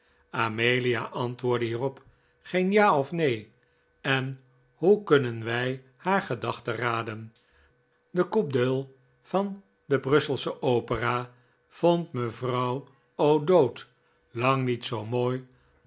amelia antwoordde hierop geen ja of neen en hoe kunnen wij haar gedachten raden de coup d'ceil van de brusselsche opera vond mevrouw o'dowd lang niet zoo mooi